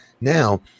Now